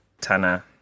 Tana